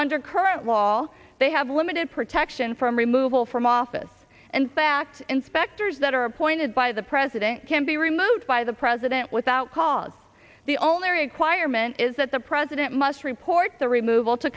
under current law they have limited protection from removal from office and fact inspectors that are appointed by the president can be removed by the president without cause the only requirement is that the president must report the removal to